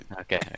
Okay